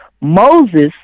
Moses